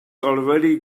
already